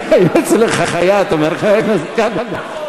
היו אצל החייט, אומר חבר הכנסת כבל.